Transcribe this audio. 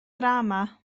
drama